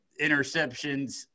interceptions